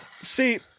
see